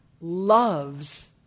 Loves